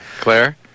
claire